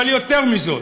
אבל יותר מזאת,